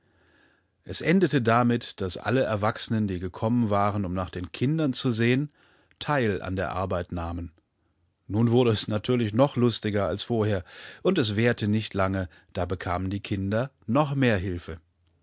es endete damit daß alle erwachsenen die gekommen waren um nach den kindern zu sehen teil an der arbeit nahmen nun wurde es natürlich noch lustiger als vorher und es währte nicht lange da bekamen die kinder noch mehrhilfe sie